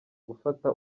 gufata